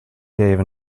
gave